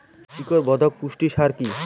শিকড় বর্ধক পুষ্টি সার কি?